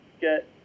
get